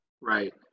Right